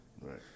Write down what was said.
Right